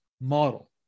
model